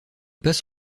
passe